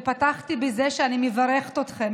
ופתחתי בזה שאני מברכת אתכם,